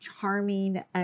charming